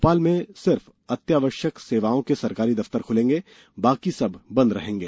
भोपाल में सिर्फ अत्यावश्यक सेवाओं के सरकारी दफ्तर खुलेंगे बाकी सब बंद रहेंगे